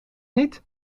niet